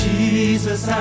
Jesus